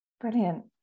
Brilliant